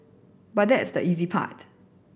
but that is the easy part